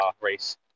race